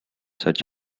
such